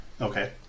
Okay